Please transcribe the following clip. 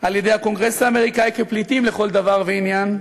על-ידי הקונגרס האמריקני כפליטים לכל דבר ועניין,